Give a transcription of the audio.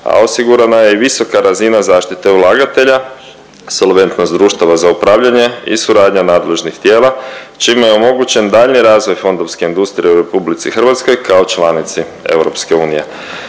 a osigurana je i visoka razina zaštite ulagatelja, solventnost društava za upravljanje i suradnja nadležnih tijela čime je omogućen daljnji razvoj fondovske industrije u RH kao članici EU.